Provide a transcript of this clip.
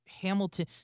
Hamilton